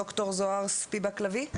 ד"ר זוהר ספיבק לביא.